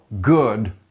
good